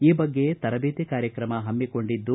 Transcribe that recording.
ಈ ಬಗ್ಗೆ ತರಬೇತಿ ಕಾರ್ಯತ್ರಮ ಪಮ್ಮಿಕೊಂಡಿದ್ದು